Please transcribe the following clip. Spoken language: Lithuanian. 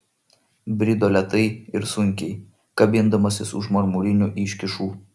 brido lėtai ir sunkiai kabindamasis už marmurinių iškyšų